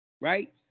Right